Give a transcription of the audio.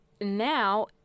Now